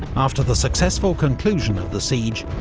after the successful conclusion of the siege,